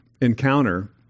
encounter